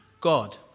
God